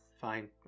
Fine